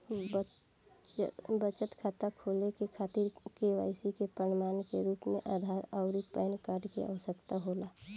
बचत खाता खोले के खातिर केवाइसी के प्रमाण के रूप में आधार आउर पैन कार्ड के आवश्यकता होला